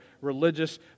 religious